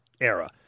era